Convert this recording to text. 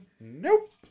Nope